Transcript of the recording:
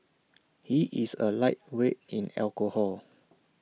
he is A lightweight in alcohol